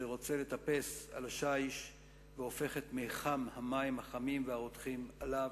שרוצה לטפס על השיש והופך את מיחם המים החמים והרותחים עליו.